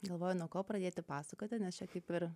galvojo nuo ko pradėti pasakoti nes čia kaip ir